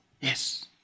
Yes